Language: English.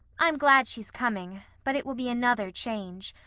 i'm glad she's coming but it will be another change.